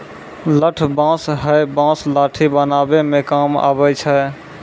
लठ बांस हैय बांस लाठी बनावै म काम आबै छै